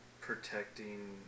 protecting